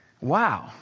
wow